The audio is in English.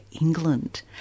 England